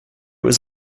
was